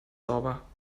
sauber